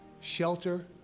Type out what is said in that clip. shelter